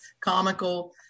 comical